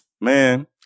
Man